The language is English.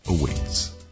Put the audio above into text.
awaits